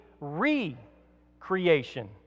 re-creation